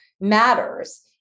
matters